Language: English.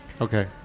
Okay